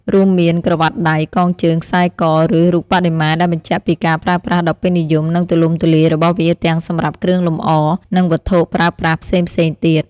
រួមមាន ក្រវ៉ាត់ដៃ កងជើង ខ្សែ ក ឬរូបបដិមា ដែលបញ្ជាក់ពីការប្រើប្រាស់ដ៏ពេញនិយម និងទូលំទូលាយរបស់វាទាំងសម្រាប់គ្រឿងលម្អ និងវត្ថុប្រើប្រាស់ផ្សេងៗទៀត។